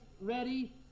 ready